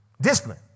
Discipline